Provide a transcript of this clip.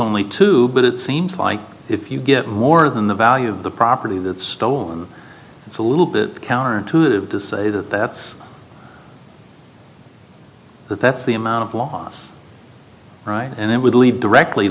only two but it seems like if you get more than the value of the property that's stolen it's a little bit counterintuitive to say that that's but that's the amount of loss and it would lead directly